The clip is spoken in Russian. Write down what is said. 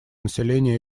населения